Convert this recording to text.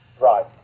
Right